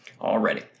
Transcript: already